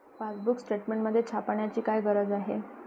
Passbook statement छापण्याची काय गरज आहे?